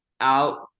out